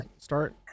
start